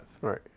Right